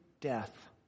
death